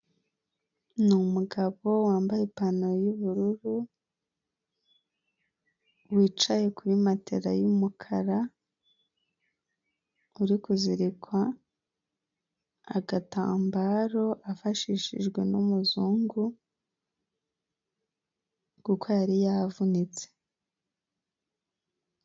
Ni umugabo wambaye ipantaro y'ubururu wicaye kuri matela y'umukara, uri kuzirikwa agatambaro afashishijwe n'umuzungu kuko yari yavunitse.